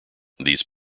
these